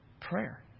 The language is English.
prayer